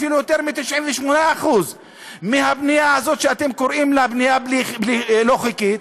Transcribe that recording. אפילו יותר מ-98% מהבנייה הזאת שאתם קוראים לה בנייה לא חוקית,